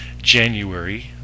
January